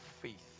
faith